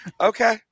okay